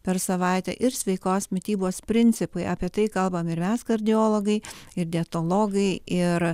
per savaitę ir sveikos mitybos principai apie tai kalbame ir mes kardiologai ir dietologai ir